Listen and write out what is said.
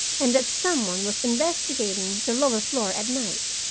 and that some one was investigating the lower floor at night.